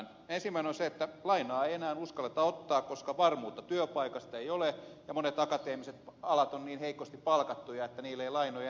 ensimmäinen on se että lainaa ei enää uskalleta ottaa koska varmuutta työpaikasta ei ole ja monet akateemiset alat ovat niin heikosti palkattuja että niillä rahoilla ei lainoja enää maksella